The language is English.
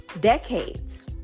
decades